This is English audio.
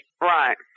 Right